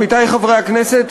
עמיתי חברי הכנסת,